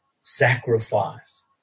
sacrifice